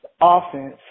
offense